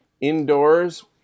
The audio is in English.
indoors